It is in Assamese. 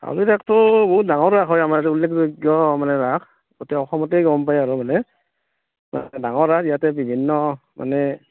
হাউলীৰ ৰাসটো বহুত ডাঙৰ ৰাস হয় আমাৰ ইয়াতে উল্লেখযোগ্য মানে ৰাস গোটেই অসমতেই গ'ম পাই আৰু মানে ডা ডাঙৰ ৰাস ইয়াতে বিভিন্ন মানে